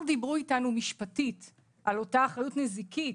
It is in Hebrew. דיברו איתנו משפטית על אותה אחריות משפטית,